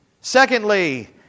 Secondly